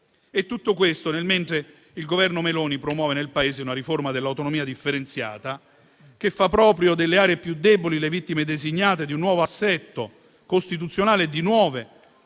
Tutto questo nel mentre il Governo Meloni promuove nel Paese una riforma dell'autonomia differenziata, che fa proprio delle aree più deboli le vittime designate di un nuovo assetto costituzionale e di un